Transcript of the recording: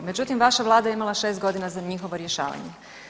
Međutim, vaša vlada je imala 6 godina za njihovo rješavanje.